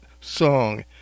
song